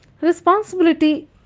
responsibility